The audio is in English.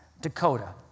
Dakota